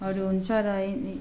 हरू हुन्छ र